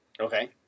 Okay